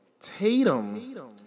Tatum